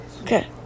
Okay